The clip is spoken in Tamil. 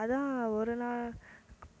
அதுதான் ஒரு நான்